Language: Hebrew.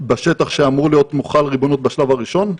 בשטח שאמורה להיות מוחלת ריבונות בשלב הראשון?